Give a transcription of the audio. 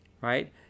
right